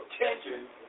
attention